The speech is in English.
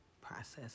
process